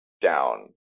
down